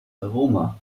aroma